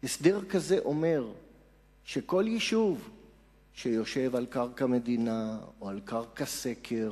הסדר כזה אומר שכל יישוב שיושב על קרקע מדינה או על קרקע סקר,